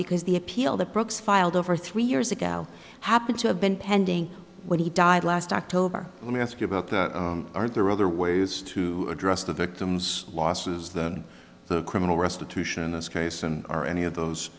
because the appeal that brooks filed over three years ago happened to have been pending when he died last october let me ask you about are there other ways to address the victim's losses than the criminal restitution in this case and are any of those